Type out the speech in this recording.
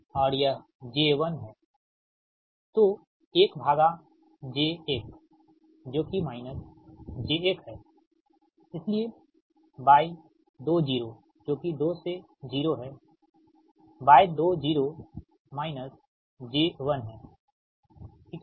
और यह j 1 है तो 1 भागा j 1 जो कि माइनस j1 है इसलिए y20 जो कि 2 से 0 हैy20माइनस j 1 है ठीक है